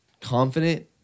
confident